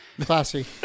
Classy